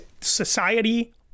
society